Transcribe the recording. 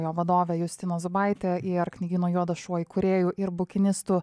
jo vadovė justina zubaitė ir knygyno juodas šuo įkūrėju ir bukinistu